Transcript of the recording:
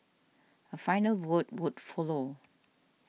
a final vote would follow